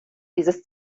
dieses